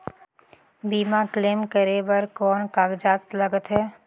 बीमा क्लेम करे बर कौन कागजात लगथे?